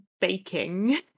baking